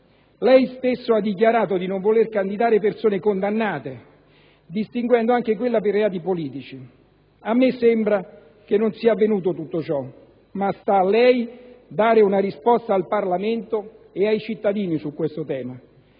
Lei stesso ha dichiarato di non voler candidare persone condannate, distinguendo anche quelle per reati politici. A me sembra che tutto ciò non sia avvenuto, ma sta a lei dare una risposta al Parlamento e ai cittadini su questo tema.